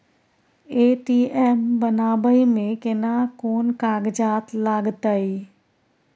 ATM बनाबै मे केना कोन कागजात लागतै?